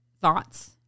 thoughts